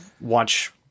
watch